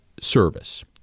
service